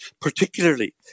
particularly